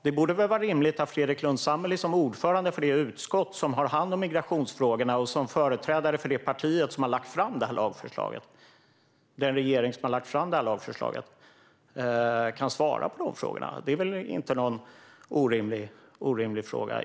Det är väl rimligt att Fredrik Lundh Sammeli, som var ordförande för det utskott som har hand om migrationsfrågorna och som företräder det parti och den regering som har lagt fram lagförslaget, kan svara på dessa frågor.